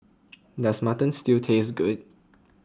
does Mutton Stew taste good